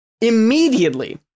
Immediately